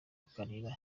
akarira